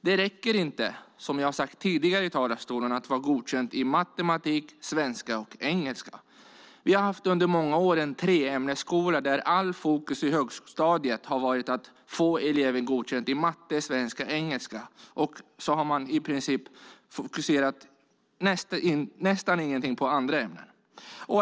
Det räcker inte, som jag har sagt tidigare i talarstolen, att vara godkänd i matematik, svenska och engelska. Under många år har vi haft en treämnesskola där allt fokus i högstadiet har legat på att få elever godkända i matte, svenska och engelska. Man har nästan inte alls fokuserat på andra ämnen.